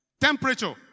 Temperature